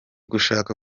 gushaka